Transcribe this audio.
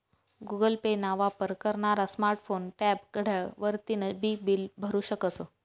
Google Pay ना वापर करनारा स्मार्ट फोन, टॅब, घड्याळ वरतीन बी बील भरु शकस